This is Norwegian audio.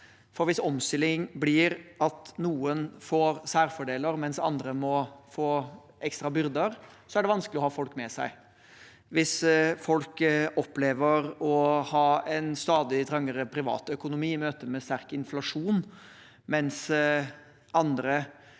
For hvis omstilling blir at noen får særfordeler, mens andre må få ekstra byrder, er det vanskelig å ha folk med seg. Hvis folk opplever å ha en stadig trangere privatøkonomi i møte med sterk inflasjon, mens andre